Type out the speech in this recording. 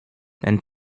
and